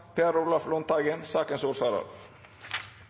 Per Olaf Lundteigen